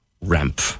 ramp